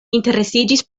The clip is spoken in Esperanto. interesiĝis